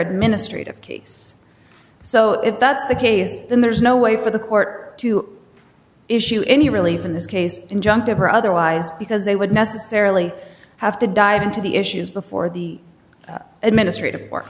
administrative case so if that's the case then there is no way for the court to issue any relief in this case injunctive or otherwise because they would necessarily have to dive into the issues before the administrative or